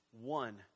One